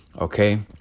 Okay